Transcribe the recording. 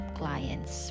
clients